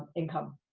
income.